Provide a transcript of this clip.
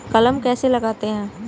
कलम कैसे लगाते हैं?